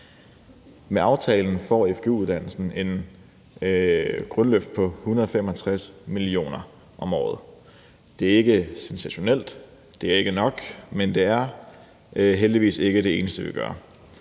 Med aftalen får fgu-uddannelsen et grundløft på 165 mio. kr. om året. Det er ikke sensationelt, og det er ikke nok, men det er heldigvis ikke det eneste, vi gør.